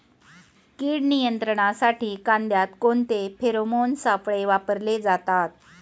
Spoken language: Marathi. कीड नियंत्रणासाठी कांद्यात कोणते फेरोमोन सापळे वापरले जातात?